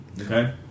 Okay